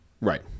Right